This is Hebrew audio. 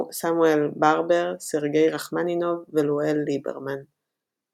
סמואל בארבר, סרגיי רחמנינוב ולואל ליברמן .